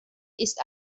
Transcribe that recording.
ist